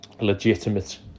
legitimate